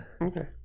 Okay